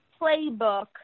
playbook